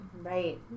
right